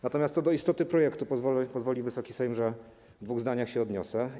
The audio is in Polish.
Natomiast co do istoty projektu, pozwoli Wysoki Sejm, że w dwóch zdaniach się odniosę.